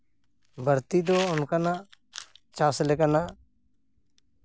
ᱵᱟᱹᱲᱛᱤ ᱫᱚ ᱚᱱᱠᱟᱱᱟᱜ ᱪᱟᱥ ᱞᱮᱠᱟᱱᱟᱜ